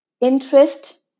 interest